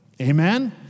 Amen